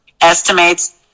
estimates